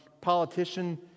politician